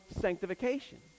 sanctification